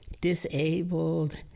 disabled